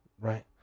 right